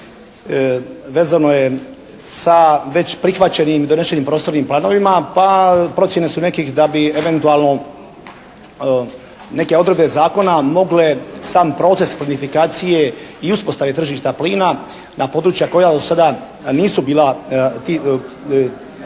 vezano je sa već prihvaćenim donešenim prostornim planovima. Pa procjene su nekih da bi eventualno neke odredbe zakona mogle sam proces plinifikacije i uspostave tržišta plina na područja koja do sada nisu bila,